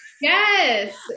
Yes